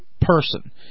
person